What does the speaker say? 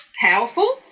powerful